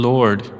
Lord